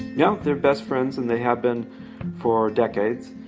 yeah! they're best friends and they have been for decades.